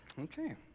okay